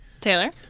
Taylor